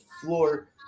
floor